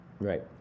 Right